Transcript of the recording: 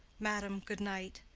madam, good night.